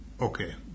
Okay